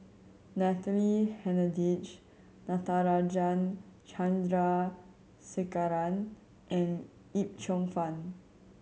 Natalie Hennedige Natarajan Chandrasekaran and Yip Cheong Fun